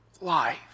life